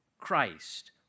Christ